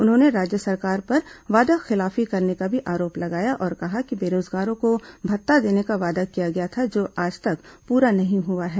उन्होंने राज्य सरकार पर वादाखिलाफी करने का भी आरोप लगाया और कहा कि बेरोजगारों को भत्ता देने का वादा किया गया था जो आज तक पूरा नहीं हुआ है